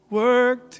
work